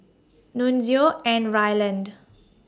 Nunzio and Ryland